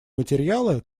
материалы